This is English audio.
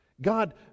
God